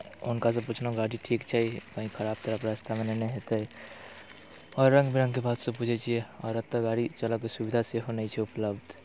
हुनकासँ पुछलहुँ गाड़ी ठीक छै कहीँ खराब तराब रास्तामे नहि ने हेतै और रङ्ग बिरङ्गके बातसभ पूछैत छियै आओर एतय गाड़ी चलैके सुविधा सेहो नहि छै उपलब्ध